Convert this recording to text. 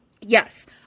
Yes